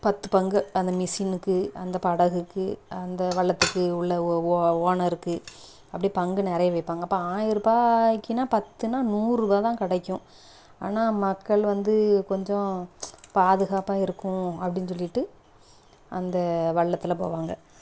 பத்து பங்கு அந்த மிஸினுக்கு அந்த படகுக்கு அந்த வல்லத்துக்கு உள்ளே ஓ ஓ ஓனருக்கு அப்படி பங்கு நிறையா வைப்பாங்க இப்போ ஆயிர்ருபாய்க்குனா பத்துனா நூறுரூபா தான் கிடைக்கும் ஆனால் மக்கள் வந்து கொஞ்சம் பாதுகாப்பாக இருக்கும் அப்படினு சொல்லிட்டு அந்த வல்லத்தில் போவாங்க